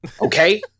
Okay